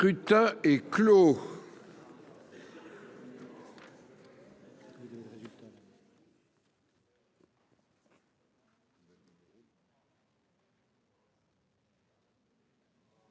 Le scrutin est clos.